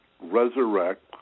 resurrect